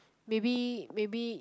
maybe maybe